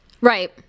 Right